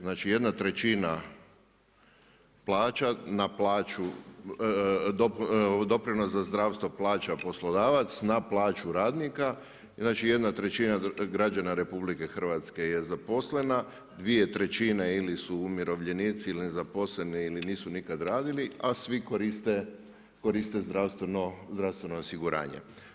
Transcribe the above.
Znači jedna trećina plaća na plaću, doprinos za zdravstvo plaća poslodavac na plaću radnika, inače jedna trećina građana RH je zaposlena, dvije trećine ili su umirovljenici ili nezaposleni ili nisu nikada radili, a svi koriste zdravstveno osiguranje.